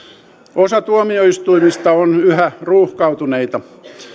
osa tuomioistuimista on yhä ruuhkautuneita